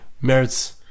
merits